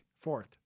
Fourth